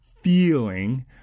feeling